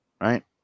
right